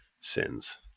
sins